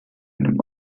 einem